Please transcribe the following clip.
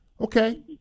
Okay